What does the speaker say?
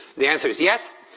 the answer is yes